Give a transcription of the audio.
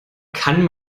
kann